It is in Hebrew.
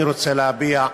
אני רוצה להביע,